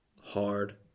hard